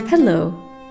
Hello